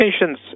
patients